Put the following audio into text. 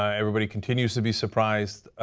everybody continues to be surprised.